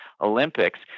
Olympics